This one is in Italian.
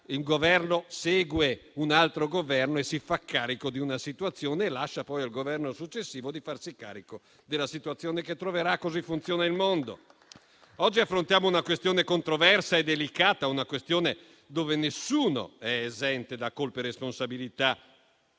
il Governo segue un altro Governo, si fa carico di una situazione e lascia poi al Governo successivo l'onere di farsi carico della situazione che troverà: così funziona il mondo. Oggi affrontiamo una questione controversa e delicata, su cui nessuno è esente da colpe e responsabilità,